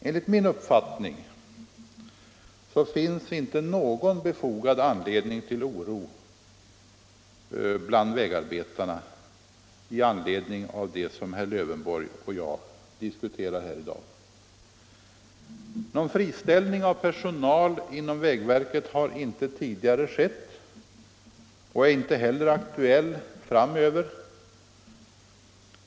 Enligt min uppfattning finns det inte någon befogad anledning till oro hos vägarbetarna i anledning av det som herr Lövenborg och jag diskuterar i dag. Någon friställning av personal inom vägverket har tidigare inte skett och är inte heller aktuell framöver.